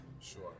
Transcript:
Sure